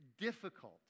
difficult